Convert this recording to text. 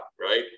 right